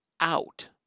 out